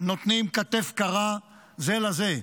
נותנים כתף קרה זה לזה.